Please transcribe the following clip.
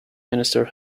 minister